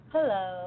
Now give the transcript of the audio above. Hello